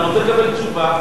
אני רוצה לקבל תשובה,